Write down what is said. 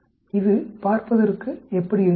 இது பார்ப்பதற்கு எப்படி இருக்கிறது